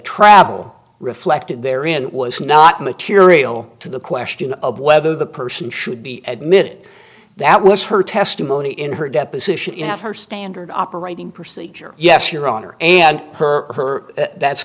travel reflected there in it was not material to the question of whether the person should be admitted that was her testimony in her deposition have her standard operating procedure yes your honor and her that's